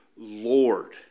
Lord